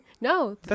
No